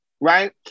right